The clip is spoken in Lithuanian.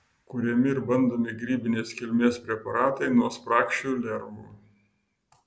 kuriami ir bandomi grybinės kilmės preparatai nuo spragšių lervų